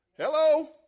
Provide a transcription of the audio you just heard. Hello